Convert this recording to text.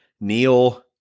Neil